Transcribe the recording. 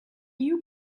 you